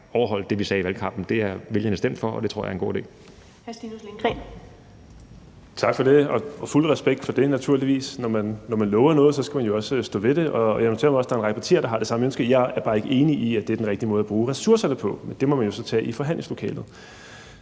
Hr. Stinus Lindgreen. Kl. 15:50 Stinus Lindgreen (RV): Tak for det, og fuld respekt for det, naturligvis. Når man lover noget, skal man jo også stå ved det, og jeg noterer mig også, at der er en række partier, der har det samme ønske. Jeg er bare ikke enig i, at det er den rigtige måde at bruge ressourcerne på, men det må vi jo så tage i forhandlingslokalet.